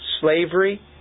slavery